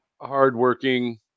hardworking –